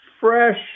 fresh